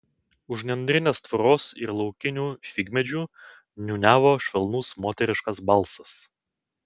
už nendrinės tvoros ir laukinių figmedžių niūniavo švelnus moteriškas balsas